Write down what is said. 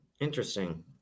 interesting